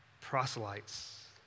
proselytes